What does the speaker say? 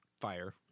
fire